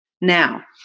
Now